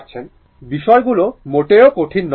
বিষয়গুলো মোটেও কঠিন নয়